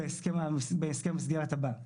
בהסכם המסגרת הבא.